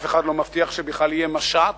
אף אחד בכלל לא מבטיח שבכלל יהיה משט,